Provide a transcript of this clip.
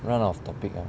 run out of topic ah